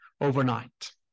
overnight